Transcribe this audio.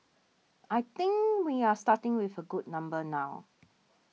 I think we are starting with a good number now